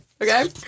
Okay